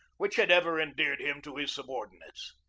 which had ever endeared him to his subordinates.